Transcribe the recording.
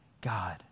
God